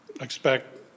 expect